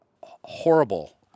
horrible